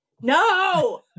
No